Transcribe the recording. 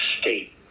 state